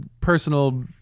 personal